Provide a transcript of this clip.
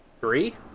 three